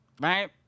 Right